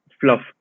fluff